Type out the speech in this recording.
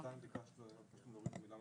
דיברנו על זה שבכתב זה כולל מייל,